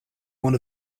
one